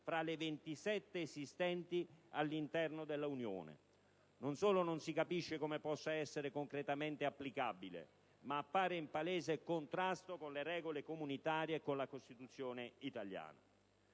fra le 27 esistenti all'interno dell'Unione. Non solo non si capisce come possa essere concretamente applicabile, ma appare in palese contrasto con le regole comunitarie e con la Costituzione italiana.